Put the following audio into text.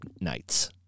nights